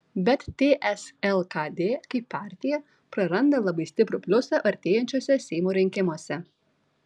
bet ts lkd kaip partija praranda labai stiprų pliusą artėjančiuose seimo rinkimuose